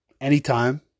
anytime